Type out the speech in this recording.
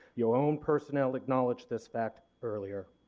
your own personnel acknowledged this fact earlier.